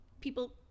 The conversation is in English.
people